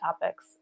topics